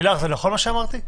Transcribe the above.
לילך, זה נכון מה שאמרתי?